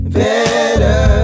better